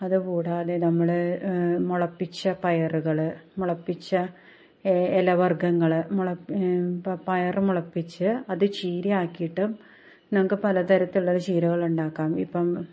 അതു കൂടാതെ നമ്മൾ മുളപ്പിച്ച പയറുകൾ മുളപ്പിച്ച ഏ ഇലവ വർഗ്ഗങ്ങൾ മുള പ പയർ മുളപ്പിച്ച് അതു ചീരയാക്കിയിട്ട് നമുക്കു പലതരത്തിലുള്ള ചീരകളുണ്ടാക്കാം ഇപ്പം